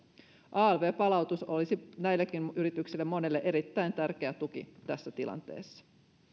alv palautus olisi näistäkin yrityksistä monelle erittäin tärkeä tuki tässä tilanteessa